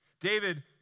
David